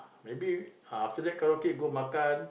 maybe after that karaoke go makan